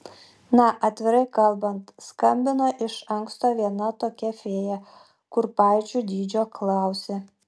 na atvirai kalbant skambino iš anksto viena tokia fėja kurpaičių dydžio klausė